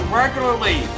regularly